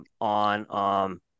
on –